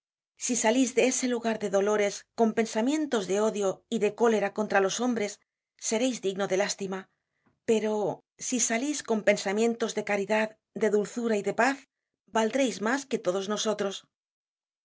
si salis de ese lugar de dolores con pensamientos de odio y de cólera contra los hombres sereis digno de lástima pero si salis con pensamientos de caridad de dulzura y de paz valdreis mas que todos nosotros